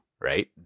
right